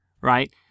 right